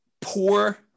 Poor